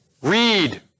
Read